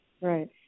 right